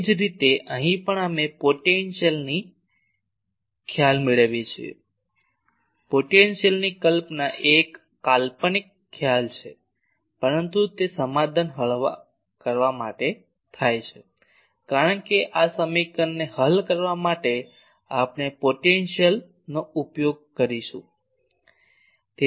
એ જ રીતે અહીં પણ અમે પોટેન્શિયલની ખ્યાલ લાવીએ છીએ પોટેન્શિયલની કલ્પના એ એક કાલ્પનિક ખ્યાલ છે પરંતુ તે સમાધાન હળવા કરે છે કારણ કે આ સમીકરણને હલ કરવા આપણે પોટેન્શિયલ ઉપયોગ દ્વારા ઉકેલીશું